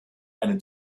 eine